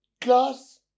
class